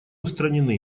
устранены